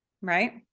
right